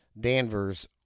Danvers